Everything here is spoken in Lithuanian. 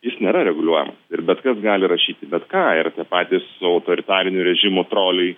jis nėra reguliuojamas ir bet kas gali rašyti bet ką ir tie patys autoritarinių režimų troliai